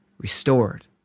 restored